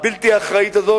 הבלתי-אחראית הזו,